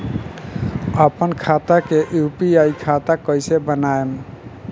आपन खाता के यू.पी.आई खाता कईसे बनाएम?